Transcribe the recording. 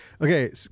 Okay